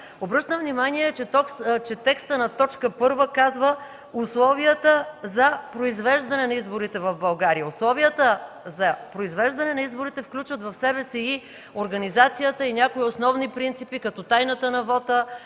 Обръщам внимание, че текстът на т. 1 казва: „условията за произвеждане на изборите в България”. Условията за произвеждане на изборите включват в себе си и организацията, и някои основни принципи като тайната на вота,